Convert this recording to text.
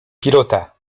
pilota